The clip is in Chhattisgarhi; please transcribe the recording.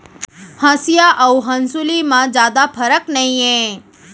हँसिया अउ हँसुली म जादा फरक नइये